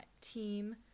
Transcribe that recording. team